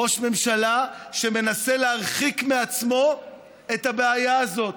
ראש ממשלה שמנסה להרחיק מעצמו את הבעיה הזאת.